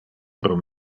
pro